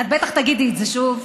את בטח תגידי את זה שוב.